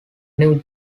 new